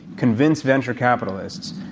convince venture capitalists,